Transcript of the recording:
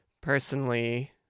personally